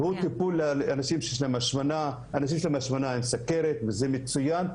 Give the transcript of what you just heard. זה טיפול לאנשים שיש להם השמנה עם סוכרת וזה מצוין,